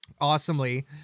awesomely